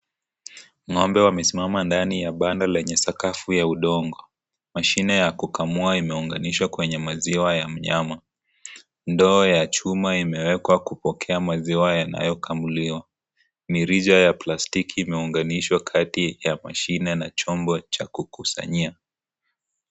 Ngombe wamesimama ndani ya banda lenye sakafu ya udongo. Mashine ya kukamua imeunganishwa kwenye maziwa ya mnyama. Ndoo ya chuma imewekwa kupokea maziwa yanayokamuliwa. Nirija ya plastiki imeunganishwa kati ya mashine na chombo cha kukusanyia.